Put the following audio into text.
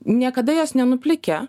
niekada jos nenuplikė